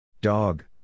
Dog